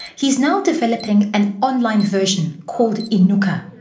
he is now developing an online version called inuka.